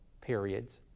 periods